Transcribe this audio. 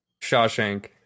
Shawshank